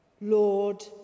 Lord